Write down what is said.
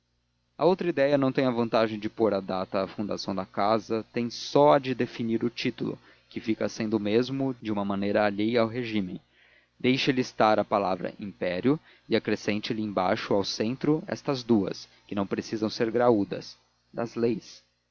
a outra ideia não tem a vantagem de pôr a data à fundação da casa tem só a de definir o título que fica sendo o mesmo de uma maneira alheia ao regímen deixe lhe estar a palavra império e acrescente lhe embaixo ao centro estas duas que não precisam ser graúdas das leis